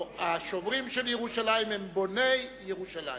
השומרים של ירושלים הם בוני ירושלים.